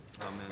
Amen